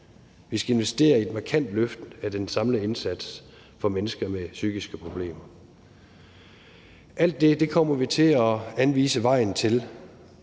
Vi skal investere i et markant løft af den samlede indsats for mennesker med psykiske problemer. Alt det kommer vi til at anvise vejen til.